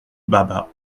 baba